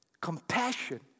Compassion